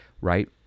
right